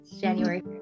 january